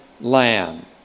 lamb